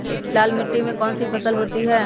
लाल मिट्टी में कौन सी फसल होती हैं?